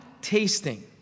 tasting